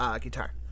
guitar